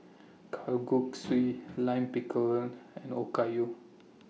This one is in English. Kalguksu Lime Pickle and Okayu